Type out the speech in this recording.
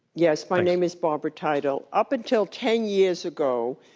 yes, my name is barbara title. up until ten years ago,